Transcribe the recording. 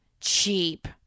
Cheap